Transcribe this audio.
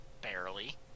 Barely